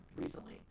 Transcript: recently